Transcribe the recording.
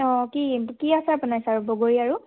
অঁ কি কি আচাৰ বনাইছা বগৰী আৰু